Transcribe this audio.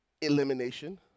elimination